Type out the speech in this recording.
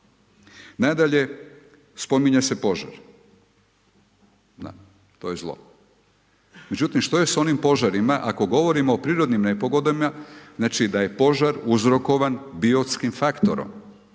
Nadalje, spominje se požar. To je zlo. Međutim, što je s onim požarima ako govorimo o prirodnim nepogodama, znači da je požar uzrokovan, biotskim faktorom,